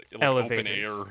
elevators